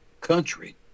country